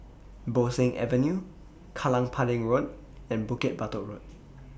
Bo Seng Avenue Kallang Pudding Road and Bukit Batok Road